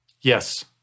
Yes